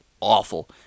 awful